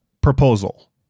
Proposal